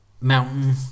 mountain